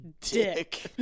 dick